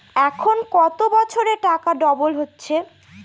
এখন কত বছরে টাকা ডবল হচ্ছে?